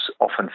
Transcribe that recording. often